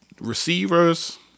receivers